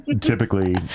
typically